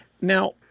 Now